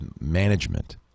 management